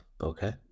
Okay